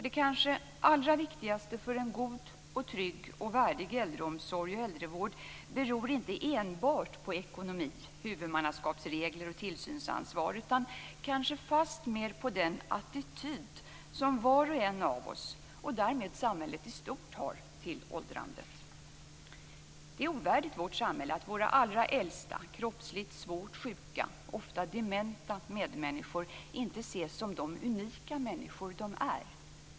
Det kanske allra viktigaste för en god, trygg och värdig äldreomsorg och äldrevård beror inte enbart på ekonomi, huvudmannaskapsregler och tillsynsansvar utan kanske fastmer på den attityd som var och en av oss, och därmed samhället i stort, har till åldrandet. Det är ovärdigt vårt samhälle att våra allra äldsta, kroppsligt svårt sjuka och ofta dementa medmänniskor inte ses som de unika människor de är.